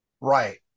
right